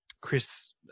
Chris